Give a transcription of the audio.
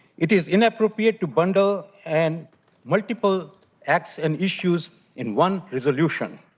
it is inappropriate to bundle and multiple acts and issues in one resolution.